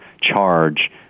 charge